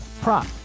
prop